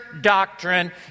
doctrine